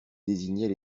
désignait